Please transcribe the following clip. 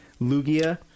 Lugia